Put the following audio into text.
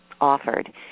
offered